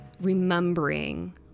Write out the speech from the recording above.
remembering